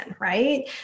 right